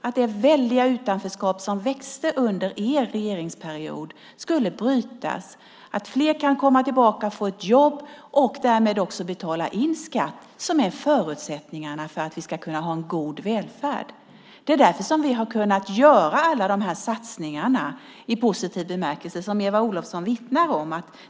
Det väldiga utanförskap som växte under er regeringsperiod skulle brytas. Fler skulle komma tillbaka och få ett jobb och därmed också betala in skatt som är förutsättningarna för att vi ska kunna ha en god välfärd. Det är därför som vi har kunnat göra alla de här satsningarna i positiv bemärkelse som Eva Olofsson vittnar om.